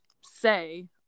say